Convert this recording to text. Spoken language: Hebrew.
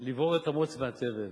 לברור את המוץ מהתבן,